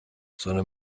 sondern